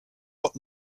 what